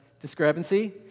discrepancy